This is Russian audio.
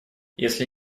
если